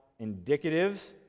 indicatives